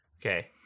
Okay